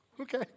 Okay